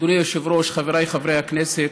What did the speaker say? אדוני היושב-ראש, חבריי חברי הכנסת,